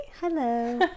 Hello